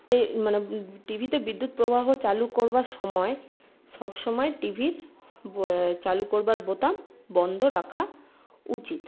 তে মানে টিভিতে বিদ্যুৎ প্রবাহ চালু করবার সময় সবসময় টিভির চালু করবার বোতাম বন্ধ রাখা উচিত